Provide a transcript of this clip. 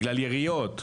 בגלל יריות,